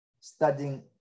studying